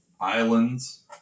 islands